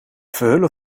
verhullen